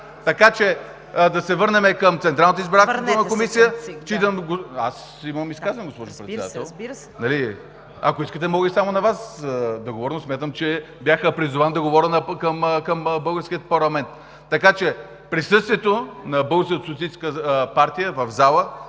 Така че да се върнем към Централната избирателна комисия.